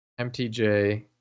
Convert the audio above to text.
mtj